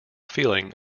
feeling